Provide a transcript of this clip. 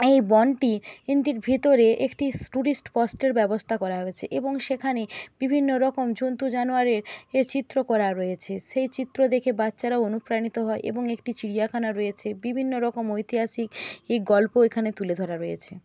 এই বনটি ভেতরে একটি স্টুরিস্ট স্পস্টের ব্যবস্থা করা হয়েছে এবং সেখানে বিভিন্ন রকম জন্তু জানোয়ারের এ চিত্র করা রয়েছে সেই চিত্র দেখে বাচ্চারাও অনুপ্রাণিত হয় এবং একটি চিড়িয়াখানা রয়েছে বিভিন্ন রকম ঐতিহাসিক গল্প এখানে তুলে ধরা রয়েছে